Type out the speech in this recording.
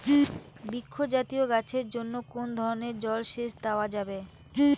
বৃক্ষ জাতীয় গাছের জন্য কোন ধরণের জল সেচ দেওয়া যাবে?